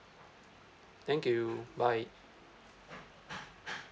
thank you bye